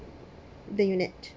the unit